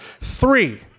Three